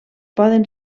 poden